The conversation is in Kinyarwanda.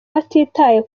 batitaye